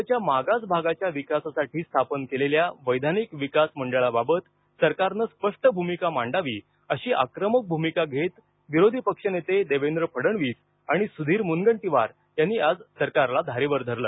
राज्याच्या मागास भागाच्या विकासासाठी स्थापन केलेल्या वैधानिक विकास मंडळाबाबत सरकारनं स्पष्ट भूमिका मांडावी अशी आक्रमक भूमिका घेत विरोधी पक्षनेते देवेंद्र फडणवीस आणि सुधीर मुनगंटीवार यांनी आज सरकारला धारेवर धरलं